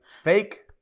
fake